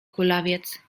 kulawiec